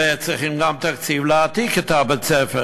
וצריכים גם תקציב כדי להעתיק את בית-הספר,